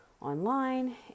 online